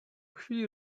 chwili